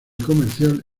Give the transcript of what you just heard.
comercial